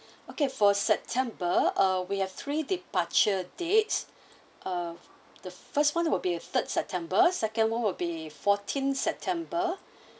okay for september uh we have three departure dates uh the first one will be at third september second one will be fourteenth september